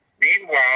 meanwhile